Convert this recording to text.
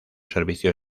servicio